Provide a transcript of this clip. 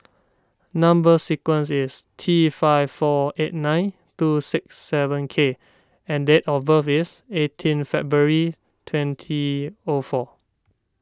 Number Sequence is T five four eight nine two six seven K and date of birth is eighteen February twenty O four